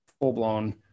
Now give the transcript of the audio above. full-blown